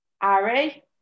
Ari